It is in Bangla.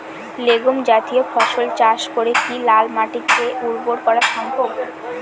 লেগুম জাতীয় ফসল চাষ করে কি লাল মাটিকে উর্বর করা সম্ভব?